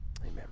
amen